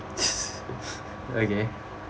okay